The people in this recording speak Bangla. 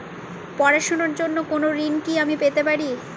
পড়াশোনা র জন্য কোনো ঋণ কি আমি পেতে পারি?